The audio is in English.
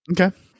Okay